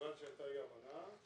הבנתי שהייתה אי-הבנה.